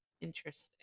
interesting